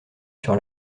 sur